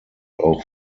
auch